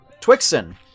Twixen